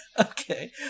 Okay